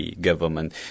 government